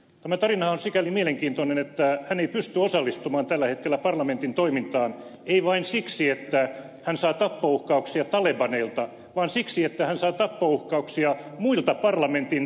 tämä tarina on sikäli mielenkiintoinen että hän ei pysty osallistumaan tällä hetkellä parlamentin toimintaan ei vain siksi että hän saa tappouhkauksia talebaneilta vaan siksi että hän saa tappouhkauksia muilta parlamentin jäseniltä